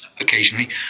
occasionally